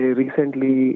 recently